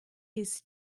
his